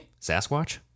sasquatch